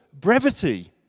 brevity